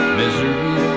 misery